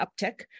uptick